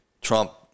Trump